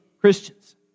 Christians